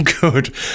good